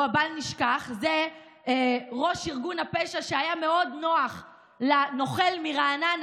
בל נשכח שזה ראש ארגון הפשע שהיה מאוד נוח לנוכל מרעננה,